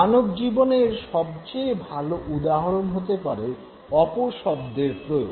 মানবজীবনে এর সবচেয়ে ভাল উদাহরণ হতে পারে অপশব্দের প্রয়োগ